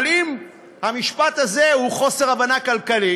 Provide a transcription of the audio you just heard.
אבל אם המשפט הזה הוא חוסר הבנה כלכלי